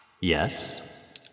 Yes